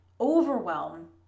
overwhelm